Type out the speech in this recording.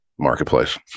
marketplace